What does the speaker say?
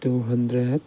two hundred